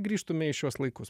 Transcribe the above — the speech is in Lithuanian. grįžtume į šiuos laikus